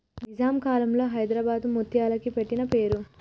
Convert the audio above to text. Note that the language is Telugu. నిజాం కాలంలో హైదరాబాద్ ముత్యాలకి పెట్టిన పేరు